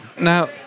Now